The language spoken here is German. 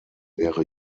wäre